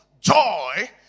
joy